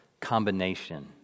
combination